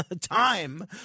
time